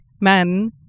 men